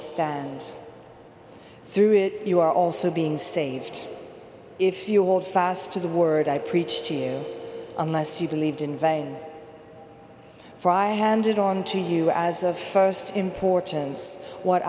stand through it you are also being saved if you hold fast to the word i preach to you unless you believed in vain for i handed on to you as of first importance what